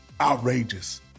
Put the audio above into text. outrageous